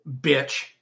bitch